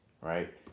right